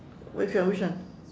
wait which one